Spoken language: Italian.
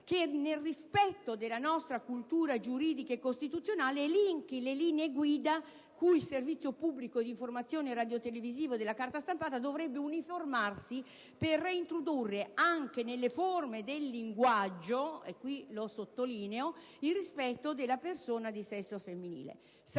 che, nel rispetto della nostra cultura giuridica e costituzionale, elenchi le linee guida cui il servizio pubblico di informazione radiotelevisivo e della carta stampata dovrebbe uniformarsi per reintrodurre, anche nelle forme del linguaggio (lo sottolineo), il rispetto della persona di sesso femminile.